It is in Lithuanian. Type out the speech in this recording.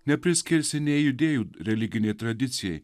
nepriskirsi nei judėjų religinei tradicijai